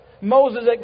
Moses